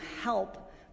help